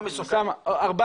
לא מסוכנים.